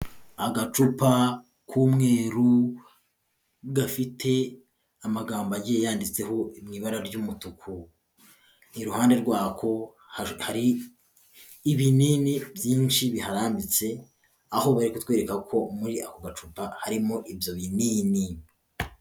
Agacupa k'umweru gafite amagambo agiye yanditseho, mu ibara ry'umutuku, iruhande rwako hari ibinini byinshi bihambitse, aho bari kutwereka ko muri ako gacupa harimo ibyo binini.